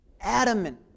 adamant